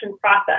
process